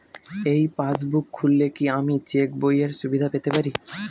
এই পাসবুক খুললে কি আমি চেকবইয়ের সুবিধা পেতে পারি?